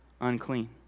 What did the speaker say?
unclean